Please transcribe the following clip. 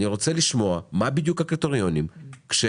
אני רוצה לשמוע: מה הם בדיוק הקריטריונים שעומדים